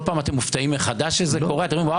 כמה